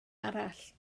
arall